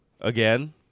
Again